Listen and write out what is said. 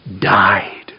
died